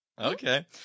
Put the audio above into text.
Okay